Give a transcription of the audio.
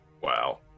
Wow